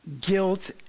guilt